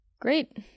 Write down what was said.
great